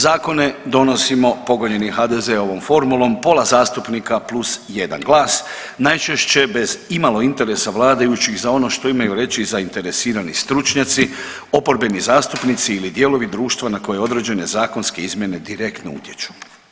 Zakone donosimo pogonjeni HDZ-ovom formulom pola zastupnika plus jedna glas najčešće bez imalo interesa vladajućih za ono što imaju reći zainteresirani stručnjaci, oporbeni zastupnici ili dijelovi društva na koje određene zakonske izmjene direktno utječu.